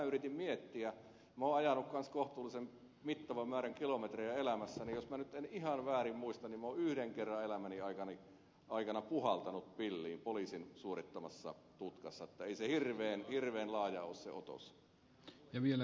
yritin miettiä kun minä olen myös ajanut kohtuullisen mittavan määrän kilometrejä elämässäni ja jos en nyt ihan väärin muista niin olen yhden kerran elämäni aikana puhaltanut pilliin poliisin suorittamassa tutkassa että ei se hirveän laaja ole se otos